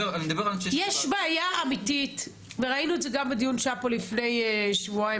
יש בעיה אמיתית וראינו את זה גם בדיון שהיה פה לפני שבועיים,